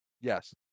Yes